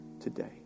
today